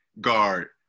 guard